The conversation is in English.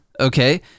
Okay